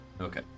okay